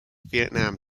vietnam